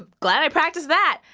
glad i practiced that.